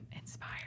inspired